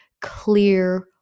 clear